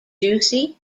juicy